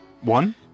one